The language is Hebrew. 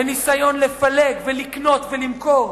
בניסיון לפלג ולקנות ולמכור,